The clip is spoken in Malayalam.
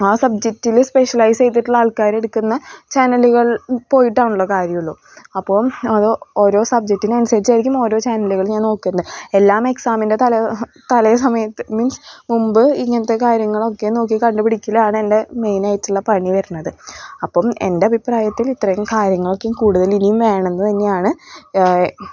ആ സബ്ജറ്റിൽ സ്പെഷ്യലൈസ് ചെയ്തിട്ടുള്ള ആൾക്കാരെടുക്കുന്ന ചാനലുകൾ പോയിട്ടാണല്ലോ കാര്യമുള്ളൂ അപ്പോൾ അത് ഓരോ സബ്ജറ്റിനനുസരിച്ചായിരിക്കും ഓരോ ചാനലുകൾ ഞാൻ നോക്കുന്നത് എല്ലാം എക്സാമിൻ്റെ തലേ സമയത്ത് മീൻസ് മുൻപ് ഇങ്ങനത്തെ കാര്യങ്ങളൊക്കെ നോക്കി കണ്ട് പിടിക്കലാണ് എൻ്റെ മെയിൻ ആയിട്ടുള്ള പണി വരുന്നത് അപ്പം എന്റെ അഭിപ്രായത്തിൽ ഇത്രയും കാര്യങ്ങൾക്ക് കൂടുതൽ ഇനിയും വേണം എന്ന് തന്നെയാണ്